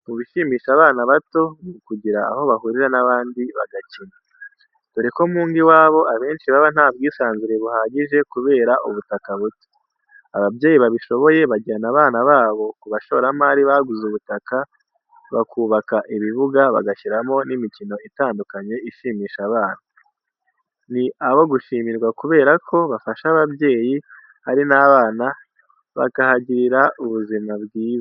Mu bishimisha abana bato ni ukugira aho bahurira n'abandi bagakina. Dore ko mu ngo iwabo abenshi baba ntabwisanzure buhagije kubera ubutaka buto. Ababyeyi babishoboye bajyana abana babo ku bashoramari baguze ubutaka bakubaka ibibuga, bagashyiramo n'imikino itandukanye ishimisha abana. Ni abo gushimirwa kubera ko bifasha ababyeyi, ari n'abana bakahagirira ubuzima bwiza.